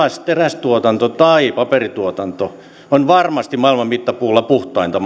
terästuotanto tai paperituotanto on varmasti maailman mittapuulla puhtainta